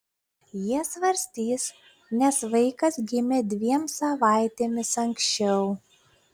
jie svarstys nes vaikas gimė dviem savaitėmis anksčiau